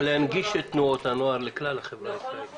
להנגיש את תנועות הנוער לכלל החברה הישראלית נכון,